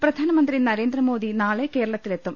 M പ്രധാനമന്ത്രി നരേന്ദ്രമോദി നാളെ കേരളത്തിലെത്തും